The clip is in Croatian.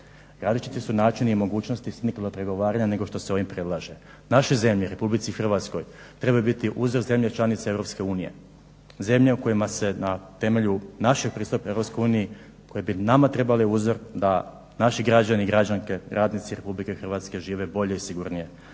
Različiti su načini i mogućnosti … nego što se ovim predlaže. Našoj zemlji RH trebaju biti uzor zemlje članice EU, zemlje u kojima se na temelju našeg pristupa EU koji bi nama trebali biti uzor da naši građani i građanke radnici RH žive bolje i sigurnije.